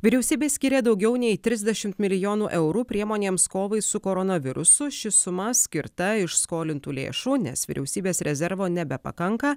vyriausybė skyrė daugiau nei trisdešimt milijonų eurų priemonėms kovai su koronavirusu ši suma skirta iš skolintų lėšų nes vyriausybės rezervo nebepakanka